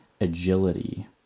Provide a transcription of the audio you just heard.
agility